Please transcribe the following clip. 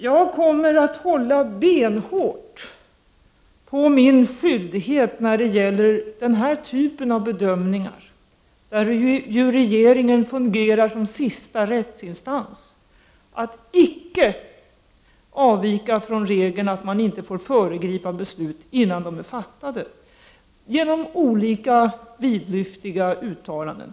Jag kommer att hålla benhårt på min skyldighet när det gäller den här typen av bedömningar, där ju regeringen fungerar som sista rättsinstans, att icke avvika från regeln att man inte får föregripa beslut innan de är fattade — t.ex. genom olika vidlyftiga uttalanden.